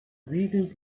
regel